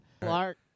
Clark